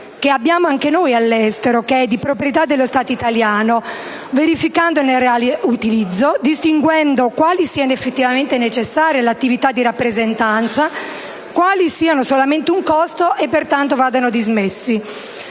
abbiamo anche noi all'estero) di proprietà dello Stato italiano, verificandone il reale utilizzo, distinguendo quali immobili siano veramente necessari all'attività di rappresentanza e quali siano solamente un costo e pertanto vadano dismessi.